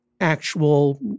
actual